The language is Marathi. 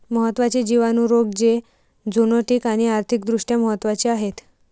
महत्त्वाचे जिवाणू रोग जे झुनोटिक आणि आर्थिक दृष्ट्या महत्वाचे आहेत